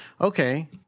okay